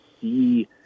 see